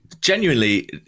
genuinely